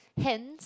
hence